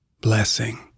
blessing